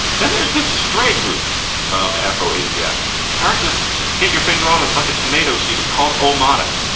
then there's this stray group of afro asiatic it's hard to get your finger on. it's like a tomato seed. it's called o matic.